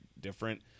different